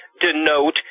denote